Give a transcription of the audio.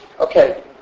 Okay